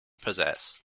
possess